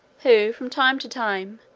who, from time to time,